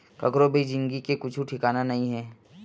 कखरो भी जिनगी के कुछु ठिकाना नइ हे